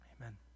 amen